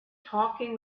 talking